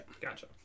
Gotcha